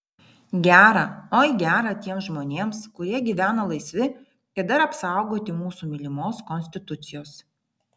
gera oi gera tiems žmonėms kurie gyvena laisvi ir dar apsaugoti mūsų mylimos konstitucijos